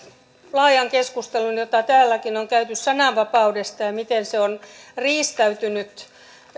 laajan keskustelun jota täälläkin on käyty sananvapaudesta ja siitä miten se on riistäytynyt